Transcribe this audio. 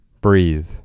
Breathe